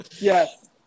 Yes